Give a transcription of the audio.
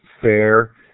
fair